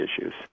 issues